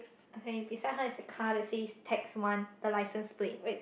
okay beside her is a car that says tax one the licence plate